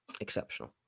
exceptional